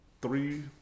three